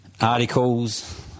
articles